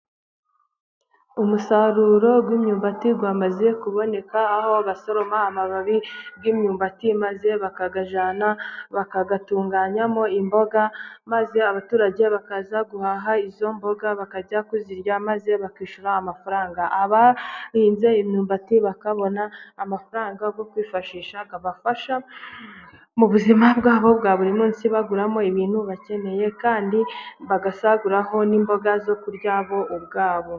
Umusaruro w'imyumbati wamaze kuboneka. Aho basoroma amababi y'imyumbati maze bakayajyana bakayatunganyamo imboga maze abaturage bakaza guhaha izo mboga bakajya kuzirya, maze bakishyura amafaranga, abahinze imyumbati bakabona amafaranga yo kwifashisha mu buzima bwabo bwa buri munsi, baguramo ibintu bakeneye kandi bagasaguraho n'imboga zo kurya bo ubwabo.